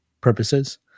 purposes